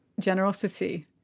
generosity